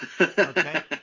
okay